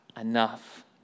enough